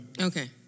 Okay